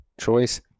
choice